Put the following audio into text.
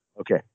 Okay